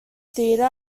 theatre